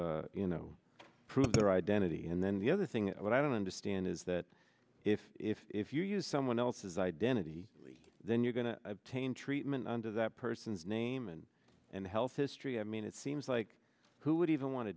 to you know prove their identity and then the other thing what i don't understand is that if if if you use someone else's identity then you're going to change treatment under that person's name and and health history i mean it seems like who would even want to